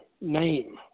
name